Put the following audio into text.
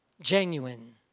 genuine